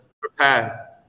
prepare